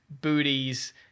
booties